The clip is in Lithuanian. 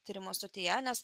tyrimų stotyje nes